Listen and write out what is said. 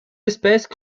espèces